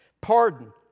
Pardon